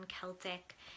Celtic